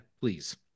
please